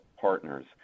partners